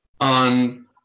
on